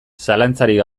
zalantzarik